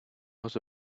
was